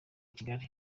kigali